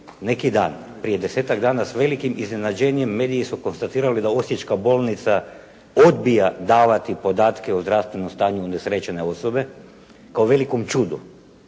neki dan, prije desetak dana s velikim iznenađenjem mediji su konstatirali da osječka bolnica odbija davati podatke o zdravstvenom stanju unesrećene osobe kao velikom čudu.